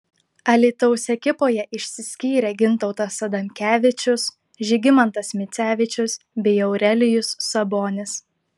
alytaus ekipoje išsiskyrė gintautas adamkevičius žygimantas micevičius bei aurelijus sabonis